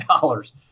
dollars